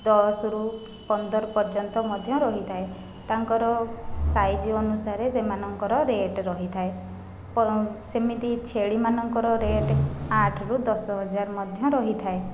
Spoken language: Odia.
ଦଶରୁ ପନ୍ଦର ପର୍ଯ୍ୟନ୍ତ ମଧ୍ୟ ରହିଥାଏ ତାଙ୍କର ସାଇଜ୍ ଅନୁସାରେ ସେମାନଙ୍କର ରେଟ୍ ରହିଥାଏ ସେମିତି ଛେଳିମାନଙ୍କର ରେଟ୍ ଆଠରୁ ଦଶହଜାର ମଧ୍ୟ ରହିଥାଏ